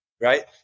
right